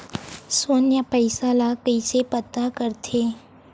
शून्य पईसा ला कइसे पता करथे?